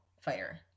fighter